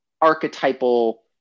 archetypal